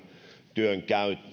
työn